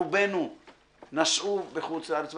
רובנו נסעו בחוץ לארץ,